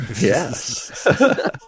Yes